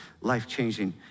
life-changing